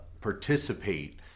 participate